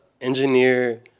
engineer